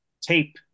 tape